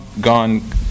gone